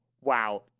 Wow